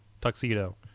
tuxedo